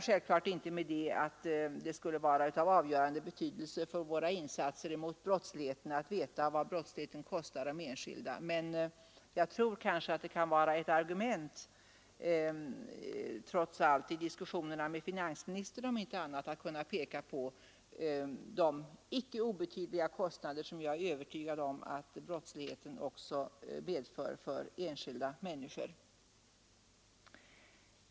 Självfallet menar jag inte att det skulle vara av avgörande betydelse för våra insatser mot brottsligheten att veta vad den kostar de enskilda, men det kunde trots allt kanske vara ett argument, i diskussionerna med finansministern om inte annat, att kunna visa de icke obetydliga kostnader som jag är övertygad om att brottsligheten medför för enskilda människor.